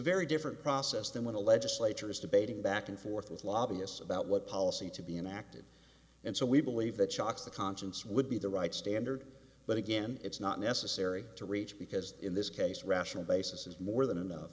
very different process than when a legislature is debating back and forth with lobbyists about what policy to be enacted and so we believe that shocks the conscience would be the right standard but again it's not necessary to reach because in this case rational basis is more than enough